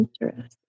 Interesting